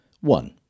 One